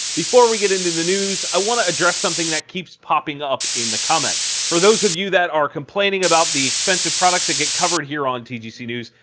before we get into the news, i want to address something that keeps popping up in the comments. for those of you that are complaining about the expensive products that get covered here on tgc news,